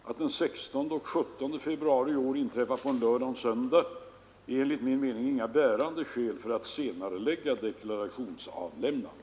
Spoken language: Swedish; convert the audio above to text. Att den 16 och 17 februari i år inträffar på en lördag och söndag är enligt min mening inte något bärande skäl för att senarelägga deklarationsavlämnandet.